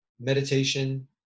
meditation